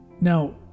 Now